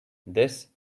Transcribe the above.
this